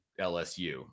LSU